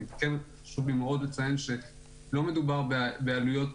חשוב לי לציין שלא מדובר בעלויות